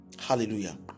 Hallelujah